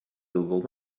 google